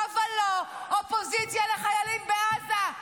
לא ולא, אופוזיציה לחיילים בעזה.